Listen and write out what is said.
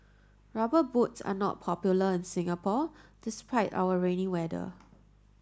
rubber boots are not popular in Singapore despite our rainy weather